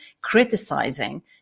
criticizing